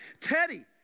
Teddy